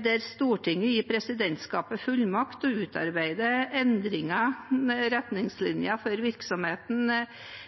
der Stortinget ga presidentskapet fullmakt til å utarbeide retningslinjer for virksomheten